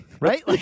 Right